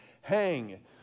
hang